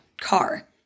car